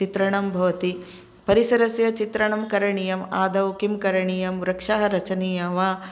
चित्रणं भवति परिसरस्य चित्रणं करणीयम् आदौ किं करणीयं वृक्षाः रचनीयाः वा